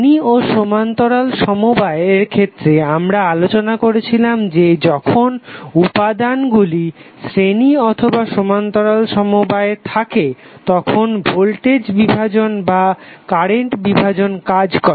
শ্রেণী ও সমান্তরাল সমবায় এর ক্ষেত্রে আমরা আলোচনা করেছিলাম যে যখন উপাদানগুলি শ্রেণী অথবা সমান্তরালে থাকে তখন ভোল্টেজ বিভাজন বা কারেন্ট বিভাজন কাজ করে